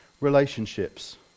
relationships